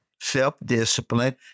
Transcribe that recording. Self-discipline